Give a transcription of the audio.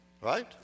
right